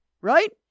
right